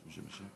יש מי שמשיב?